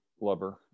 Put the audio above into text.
lover